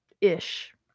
ish